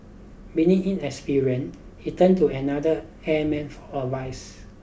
being inexperienced he turned to another airman for advice